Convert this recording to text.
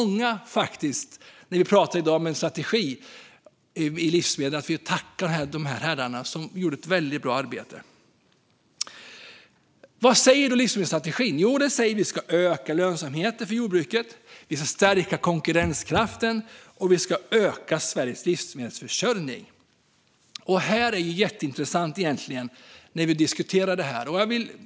När vi i dag pratar om en strategi för livsmedel har vi alltså många att tacka som gjorde ett väldigt bra arbete. Vad säger då livsmedelsstrategin? Jo, den säger att vi ska öka lönsamheten för jordbruket, stärka konkurrenskraften och öka Sveriges livsmedelsförsörjning. När vi diskuterar detta blir det jätteintressant.